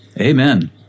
Amen